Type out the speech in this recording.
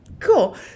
Cool